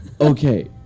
Okay